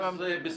אני אמתין.